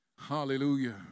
Hallelujah